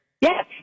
Yes